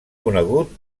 conegut